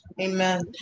Amen